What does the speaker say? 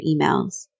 emails